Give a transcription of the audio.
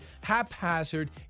haphazard